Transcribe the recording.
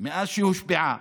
אחרי שהושבעה,